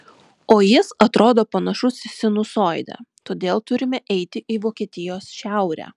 o jis atrodo panašus į sinusoidę todėl turime eiti į vokietijos šiaurę